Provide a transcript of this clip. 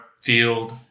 field